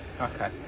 okay